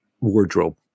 wardrobe